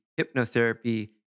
hypnotherapy